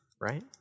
right